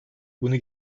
bunu